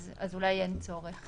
אז אולי אין צורך